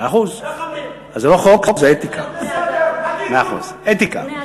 מאה אחוז, אז זה לא חוק, זו אתיקה.